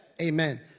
Amen